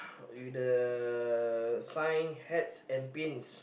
with the uh sign Hats and Pins